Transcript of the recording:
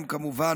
כמובן,